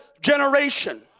generation